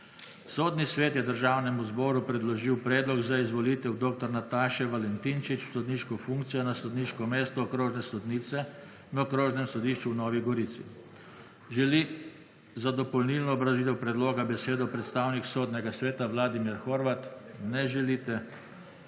Sodni svet je Državnemu zboru predložil predlog za izvolitev dr. Nataše Valentinčič v sodniško funkcijo na sodniško mesto okrožne sodnice ne Okrožnem sodišču v Novi Gorici. Želi za dopolnilno obrazložitev predloga besedo predstavnik Sodnega sveta Vladimir Horvat? Ne želite.